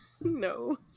No